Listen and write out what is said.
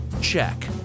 check